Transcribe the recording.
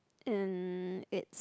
and it's